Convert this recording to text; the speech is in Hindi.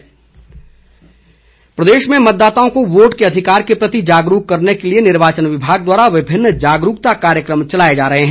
स्वीप प्रदेश में मतदाताओं को वोट के अधिकार के प्रति जागरूक करने के लिए निर्वाचन विभाग द्वारा विभिन्न जागरूकता कार्यक्रम चलाए जा रहे हैं